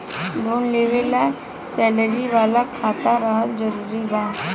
Loan लेवे ला salary वाला खाता रहल जरूरी बा?